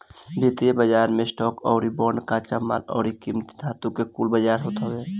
वित्तीय बाजार मे स्टॉक अउरी बांड, कच्चा माल अउरी कीमती धातु कुल के बाजार होत हवे